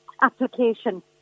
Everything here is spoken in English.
application